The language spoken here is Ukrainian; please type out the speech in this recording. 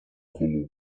колу